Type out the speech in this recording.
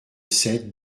sept